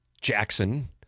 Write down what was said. Jackson